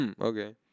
Okay